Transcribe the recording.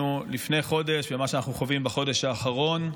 לפני חודש וממה שאנחנו חווים בחודש האחרון.